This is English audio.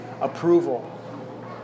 approval